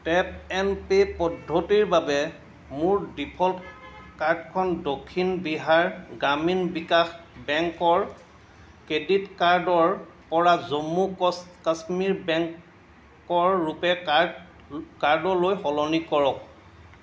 tap and pay পদ্ধতিৰ বাবে মোৰ ডিফ'ল্ট কাৰ্ডখন দক্ষিণ বিহাৰ গ্ৰামীণ বিকাশ বেংকৰ ক্ৰেডিট কাৰ্ডৰ পৰা জম্মু আৰু কচ কাশ্মীৰ বেংকৰ ৰুপে' কাৰ্ড কাৰ্ডলৈ সলনি কৰক